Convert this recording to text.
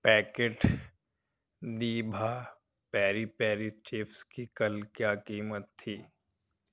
packet دیبھا peri peri chips کی کل کیا قیمت تھی